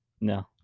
No